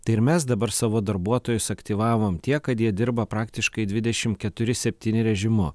tai ir mes dabar savo darbuotojus aktyvavom tiek kad jie dirba praktiškai dvidešim keturi septyni režimu